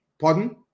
Pardon